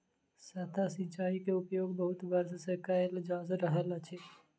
सतह सिचाई के उपयोग बहुत वर्ष सँ कयल जा रहल अछि